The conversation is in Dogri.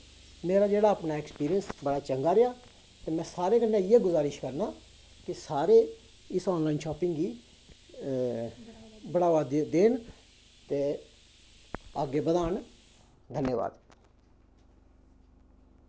मेरा जेह्ड़ा अपने ऐक्सपिंरिंस बड़ा चंगा रेहा ते में सारें कन्नै इ'यै गुज़ारिश करना कि सारे इस आनलाइन शॉपिंग गी बढ़ावा देन ते अग्गें बधान धन्यबाद